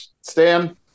Stan